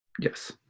Yes